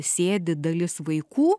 sėdi dalis vaikų